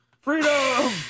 Freedom